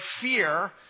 fear